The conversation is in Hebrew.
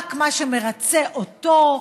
רק מה שמרצה אותו,